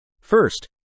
First